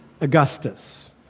Augustus